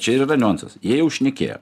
čia yra dar niuansas jie jau šnekėjo